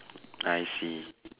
I see